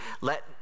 Let